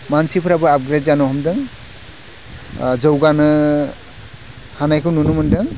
मानसिफ्राबो आपग्रेड जानो हमदों जौगानो हानायखौ नुनो मोन्दों